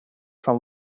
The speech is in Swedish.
från